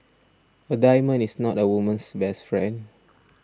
a diamond is not a woman's best friend